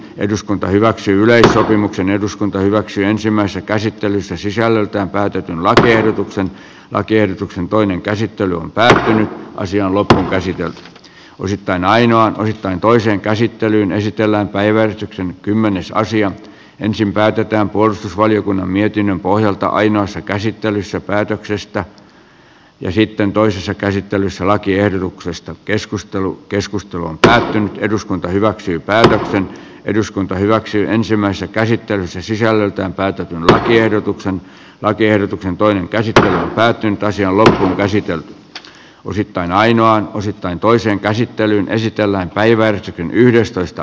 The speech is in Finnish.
eduskunta hyväksyi yleissopimuksen eduskunta hyväksyi ensimmäisen käsittelyssä sisällöltään käytetyn lakiehdotuksen lakiehdotuksen toinen käsittely päästään asiaan lop käsityöt on sitten ainoa tähän toiseen käsittelyyn esitellään päiväystyksen kymmenes asia ensin päätetään puolustusvaliokunnan mietinnön pohjalta ainoassa käsittelyssä päätöksestä ja sitten toisessa käsittelyssä lakiehdotuksesta keskustelu keskustelun tähden eduskunta hyväksyi päätöksen eduskunta hyväksyy ensimmäiset käsityönsä sisällöltään päätä tähtiehdotuksen lakiehdotuksen toinen käsittely päätyyn taisi olla esittänyt osittain ainoan osittain toisen käsittelyn esitellä päivä yhdestoista